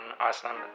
Iceland